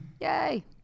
Yay